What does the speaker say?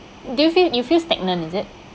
do you feel you feel stagnant is it